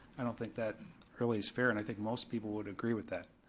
i don't think that really is fair, and i think most people would agree with that.